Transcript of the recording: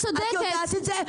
אתה התאפקת ואני מעריך את זה,